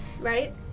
right